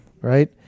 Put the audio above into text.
Right